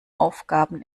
aufgaben